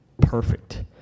Perfect